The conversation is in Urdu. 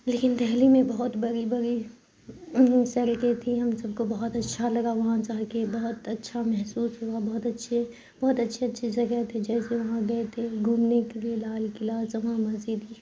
لیکن دہلی میں بہت بڑی بڑی سڑکیں تھیں ہم سب کو بہت اچھا لگا وہاں جا کے بہت اچھا محسوس ہوا بہت اچھے بہت اچھے اچھے جگہ تھے جیسے وہاں گئے تھے گھومنے کے لیے لال قلعہ جامع مسجد